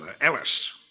Ellis